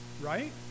right